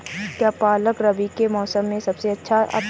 क्या पालक रबी के मौसम में सबसे अच्छा आता है?